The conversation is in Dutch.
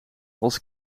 als